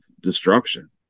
destruction